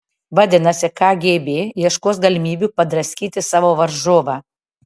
vadinasi kgb ieškos galimybių padraskyti savo varžovą